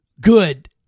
good